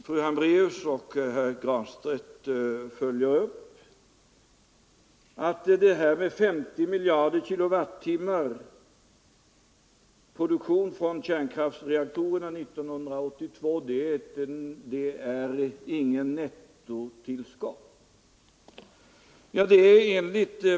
Fru Hambraeus och herr Granstedt säger att de 50 miljarder kilowattimmar som kärnkraftreaktorerna kommer att producera 1982 inte är något nettotillskott.